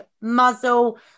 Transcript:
muzzle